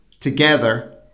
together